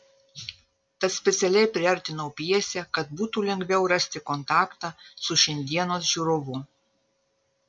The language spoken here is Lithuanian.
tad specialiai priartinau pjesę kad būtų lengviau rasti kontaktą su šiandienos žiūrovu